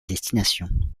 destination